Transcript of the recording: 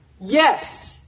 Yes